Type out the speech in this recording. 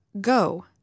go